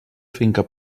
finca